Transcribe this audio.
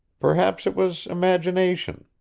perhaps it was imagination.